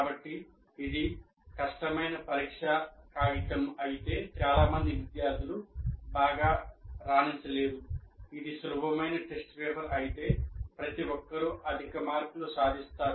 కాబట్టి ఇది కష్టమైన పరీక్షా కాగితం అయితే చాలా మంది విద్యార్థులు బాగా రాణించలేరు ఇది సులభమైన టెస్ట్ పేపర్ అయితే ప్రతి ఒక్కరూ అధిక మార్కులు సాధిస్తారు